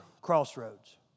crossroads